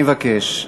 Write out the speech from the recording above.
אני מבקש,